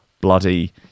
bloody